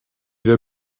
wir